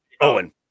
Owen